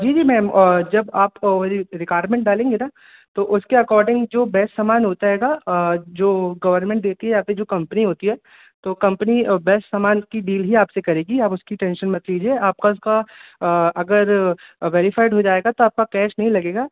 जी जी मैम जब आप रिक्वायरमेंट डालेंगी ना तो उसके अकोर्डिंग जो बेस्ट सामान होता आएगा जो गवनर्मेंट देती हैं या फिर जो कंपनी होती है तो कम्पनी और बेस्ट सामान की डील ही आप से करेंगी आप उसकी टेंशन मत लीजिए आपका उसका अगर वैरीफाइड हो जाएगा तो आपका कैश नहीं लगेगा